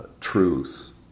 truth